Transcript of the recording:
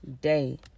day